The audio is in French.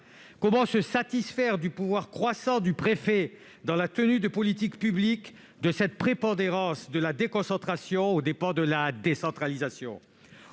Comment se satisfaire du pouvoir croissant du préfet dans la tenue des politiques publiques, et de cette prépondérance de la déconcentration aux dépens de la décentralisation ?